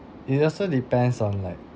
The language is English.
it also depends on like